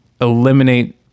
eliminate